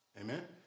Amen